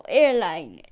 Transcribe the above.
airline